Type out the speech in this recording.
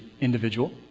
individual